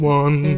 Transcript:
one